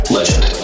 Legend